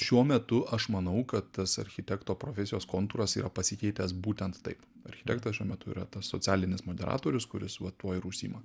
šiuo metu aš manau kad tas architekto profesijos kontūras yra pasikeitęs būtent taip architektas šiuo metu yra tas socialinis moderatorius kuris va tuo ir užsiima